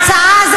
לא בעמידה.